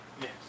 Yes